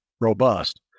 robust